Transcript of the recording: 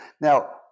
Now